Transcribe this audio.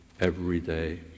everyday